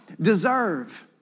deserve